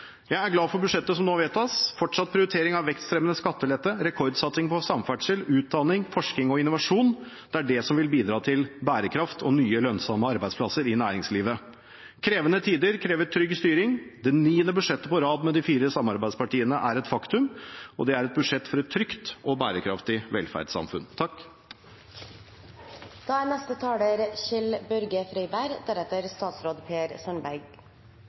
Jeg er glad for budsjettet som nå vedtas. Fortsatt prioritering av vekstfremmende skatteletter, rekordsatsing på samferdsel, utdanning, forskning og innovasjon er det som vil bidra til bærekraft og nye, lønnsomme arbeidsplasser i næringslivet. Krevende tider krever trygg styring. Det niende budsjettet på rad med de fire samarbeidspartiene er et faktum, og det er et budsjett for et trygt og bærekraftig velferdssamfunn.